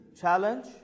challenge